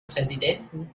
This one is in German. präsidenten